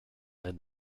than